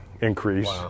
increase